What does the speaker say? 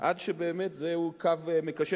עד שזהו באמת קו מקשר.